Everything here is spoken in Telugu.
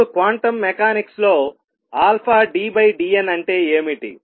ఇప్పుడు క్వాంటం మెకానిక్స్ లో ddn అంటే ఏమిటి